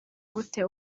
gute